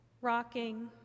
Rocking